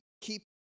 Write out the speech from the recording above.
keep